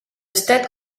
stade